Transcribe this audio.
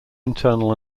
internal